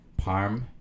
parm